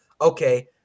okay